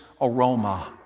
aroma